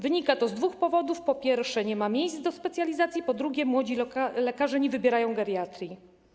Wynika to z dwóch powodów: po pierwsze, nie ma miejsc do odbywania specjalizacji, po drugie, młodzi lekarze nie wybierają geriatrii.